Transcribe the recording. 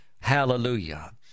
Hallelujah